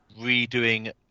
redoing